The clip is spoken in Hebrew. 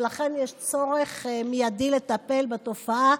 ולכן יש צורך מיידי לטפל בתופעה,